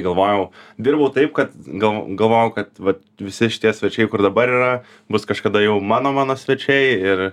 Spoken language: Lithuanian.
galvojau dirbau taip kad gal galvojau kad vat visi šitie svečiai kur dabar yra bus kažkada jau mano mano svečiai ir